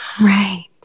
Right